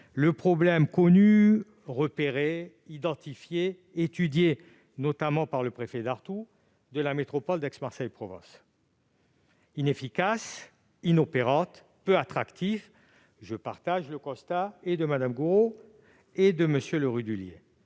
le problème connu, repéré, identifié, étudié, notamment par le préfet Dartout, de la métropole d'Aix-Marseille-Provence : inefficace, inopérante, peu attractive- je partage le constat et de Mme Gourault et de M. Le Rudulier.